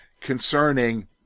concerning